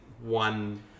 One